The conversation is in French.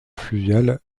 fluviale